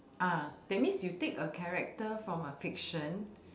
uh that means you take a character from a fiction